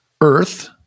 Earth